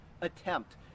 attempt